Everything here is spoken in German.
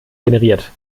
generiert